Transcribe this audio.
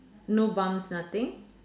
no bumps nothing